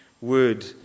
word